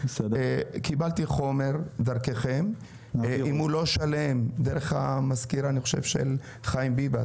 קיבלתי חומר דרככם דרך המזכירה של חיים ביבס.